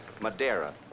Madeira